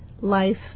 life